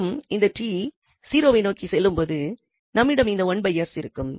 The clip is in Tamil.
மேலும் இந்த 𝑡 0வை நோக்கி செல்லும்போது நம்மிடம் இந்த இருக்கும்